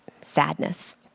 sadness